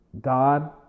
God